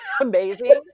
amazing